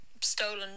stolen